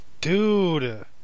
dude